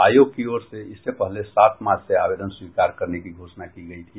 आयोग की ओर से इससे पहले सात मार्च से आवेदन स्वीकार करने की घोषणा की गयी थी